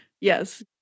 Yes